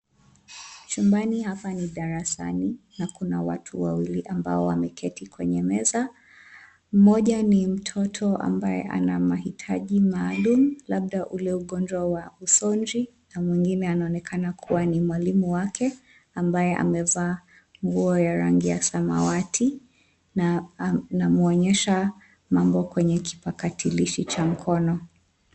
Chumbani hapa ni darasani na kuna watu wawili ambao wameketi kwenye meza. Mmoja ni mtoto ambaye ana mahitaji maalum, labda ule ugonjwa wa usonji na mwingine anaonekana kuwa ni mwalimu wake ambaye amevaa nguo ya rangi ya samawati na anamuonyesha mambo kwenye kipakatalishi cha mkono.